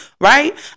Right